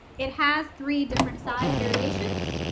it has three different size variations.